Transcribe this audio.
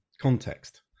context